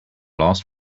last